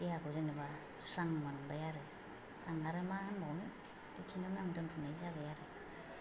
देहाखौ जेनोबा स्रां मोनबाय आरो आं आरो मा होनबावनो बेखिनिआव आं दोनथ'नाय जाबाय आरो